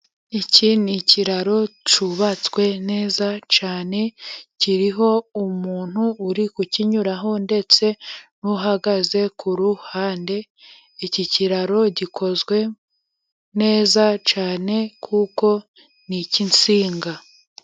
Iki ni ikiraro cyubatswe neza cyane, kiriho umuntu uri kukinyuraho, ndetse uhagaze ku ruhande, iki kiraro gikozwe neza cyane kuko ni icy'insinga.